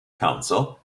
council